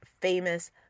famous